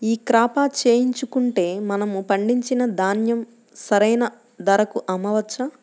ఈ క్రాప చేయించుకుంటే మనము పండించిన ధాన్యం సరైన ధరకు అమ్మవచ్చా?